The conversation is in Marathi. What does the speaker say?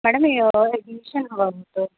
मॅडम ॲडमिशन हवं होतं